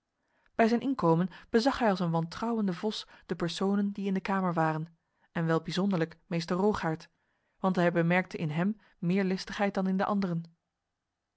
bij zijn inkomen bezag hij als een wantrouwende vos de personen die in de kamer waren en wel bijzonderlijk meester rogaert want hij bemerkte in hem meer listigheid dan in de anderen